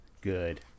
Good